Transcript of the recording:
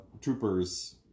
troopers